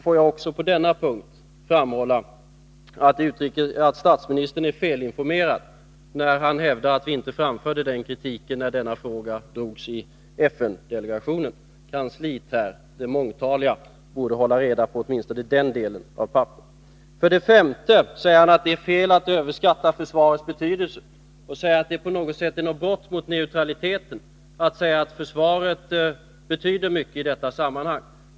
Får jag också på denna punkt framhålla att statsministern är felinformerad när han hävdar att vi inte framförde kritiken när denna fråga drogs i FN delegationen. Det mångtaliga kansliet borde hålla reda på åtminstone den delen av papperen. 5. Det är fel att överskatta försvarets betydelse. Olof Palme säger att det på något sätt är ett brott mot neutraliteten att hävda att försvaret betyder mycket i detta sammanhang.